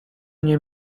nie